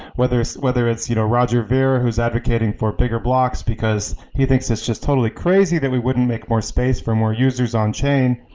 whether it's whether it's you know roger ver who's advocating for bigger blocks, because he thinks it's just totally crazy that we wouldn't make more space for more users on chain,